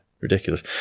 ridiculous